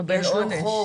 יש לו חוב